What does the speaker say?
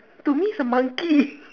to me it's a monkey